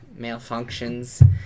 malfunctions